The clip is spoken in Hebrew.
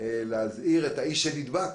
להזהיר את האיש שנדבק,